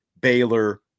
Baylor